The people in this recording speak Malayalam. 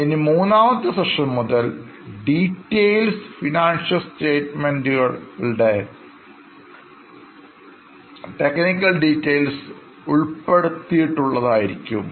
ഇനി മൂന്നാമത്തെ സെക്ഷൻ മുതൽ ഡീറ്റെയിൽസ് ഫിനാൻഷ്യൽ സ്റ്റേറ്റ്മെൻറ് കളുടെ ടെക്നിക്കൽ ഡീറ്റെയിൽസ് ഉൾപ്പെടുത്തിയിട്ടുള്ളത് ആയിരിക്കും